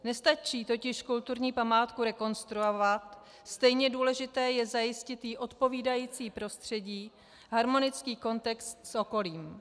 Nestačí totiž kulturní památku rekonstruovat, stejně důležité je zajistit jí odpovídající prostředí, harmonický kontext s okolím.